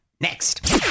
Next